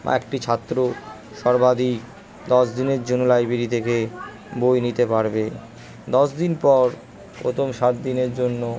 একটি ছাত্র সর্বাধিক দশ দিনের জন্য লাইব্রেরি থেকে বই নিতে পারবে দশ দিন পর প্রথম সাত দিনের জন্য